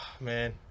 man